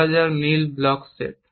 বলা যাক নীল ব্লক সেট